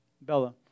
Bella